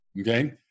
Okay